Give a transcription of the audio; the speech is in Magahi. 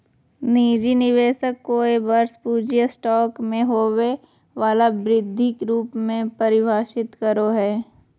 निजी निवेशक कोय वर्ष पूँजी स्टॉक में होबो वला वृद्धि रूप में परिभाषित करो हइ